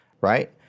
right